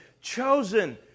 chosen